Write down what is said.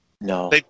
No